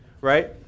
right